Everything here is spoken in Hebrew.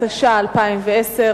התש"ע 2010,